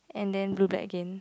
and then blue black again